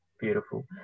beautiful